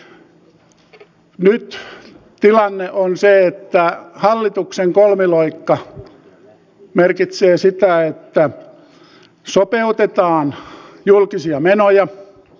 nyt tilanne on se että hallituksen kolmiloikka merkitsee sitä että sopeutetaan julkisia menoja